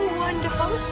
wonderful